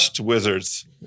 Wizards